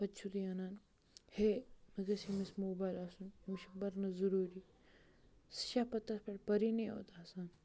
پَتہٕ چھُو تُہۍ اَنان ہے مےٚ گَژھِ ییٚمِس موبایل آسُن أمِس چھُ پَرنَس ضٔروٗری سُہ چھا پَتہٕ تَتھ پٮ۪ٹھ پَرٲنی یوت آسان